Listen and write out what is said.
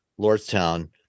Lordstown